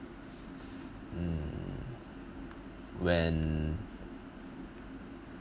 hmm when